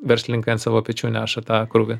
verslininkai ant savo pečių neša tą krūvį